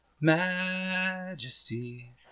Majesty